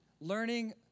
learning